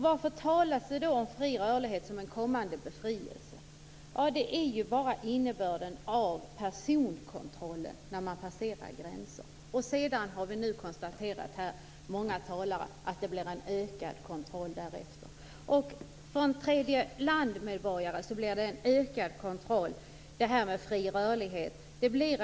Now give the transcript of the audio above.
Varför talas det då om fri rörlighet som en kommande befrielse? Det är bara innebörden av personkontrollen vid gränspassering. Många talare har konstaterat att det blir en ökad kontroll. Det blir en ökad kontroll för medborgare från tredje land.